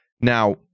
now